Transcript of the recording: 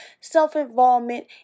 self-involvement